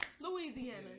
Louisiana